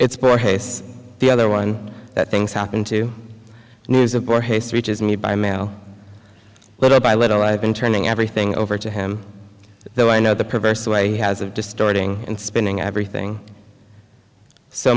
borges the other one that things happen to news of core haste reaches me by mail little by little i've been turning everything over to him though i know the perverse way he has of distorting and spinning everything so